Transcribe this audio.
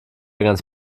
ganz